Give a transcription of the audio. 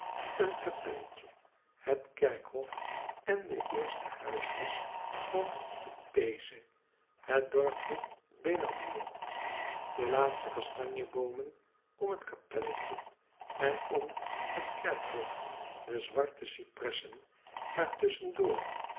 een kapelletje het kerkhof en de eerste huisjes van het paese het dorp benabbio de laatste kastanjeboomen om het kapelletje en om het kerkhof de zwarte cypressen waartusschen door